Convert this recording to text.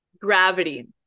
Gravity